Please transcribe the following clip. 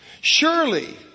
surely